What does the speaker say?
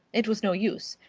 it was no use.